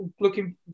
looking